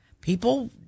People